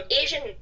Asian